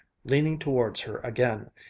leaning towards her again,